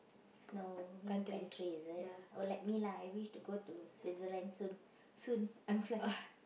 snow you mean country is it or like me lah I wish to go to Switzerland soon soon I'm flying